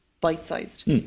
bite-sized